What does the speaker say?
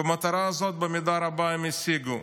ואת המטרה הזו במידה רבה הם השיגו.